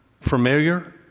familiar